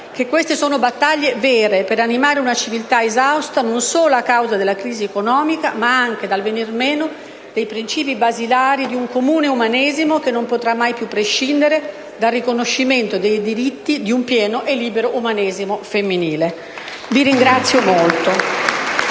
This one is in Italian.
che queste sono battaglie vere, per animare una civiltà esausta non solo a causa della crisi economica ma, anche, dal venir meno dei principi basilari di un comune umanesimo che non potrà mai più prescindere dal riconoscimento dei diritti di un pieno e libero umanesimo femminile. **Congedi e